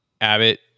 Abbott